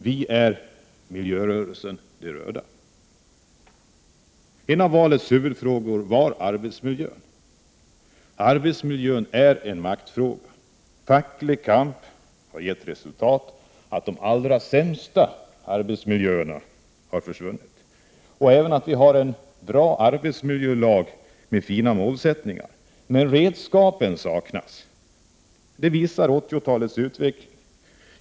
Vpk är miljörörelsen de röda. En annan av valets huvudfrågor var arbetsmiljön. Arbetsmiljön är en maktfråga. Facklig kamp har gett till resultat att de allra sämsta arbetsmiljöerna försvunnit och att vi även har en bra arbetsmiljölag med fina målsättningar. Men redskapen saknas. Det visar 80-talets utveckling.